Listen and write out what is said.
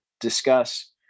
discuss